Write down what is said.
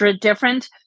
different